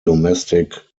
domestic